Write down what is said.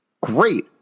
Great